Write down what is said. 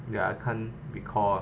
ya I can't recall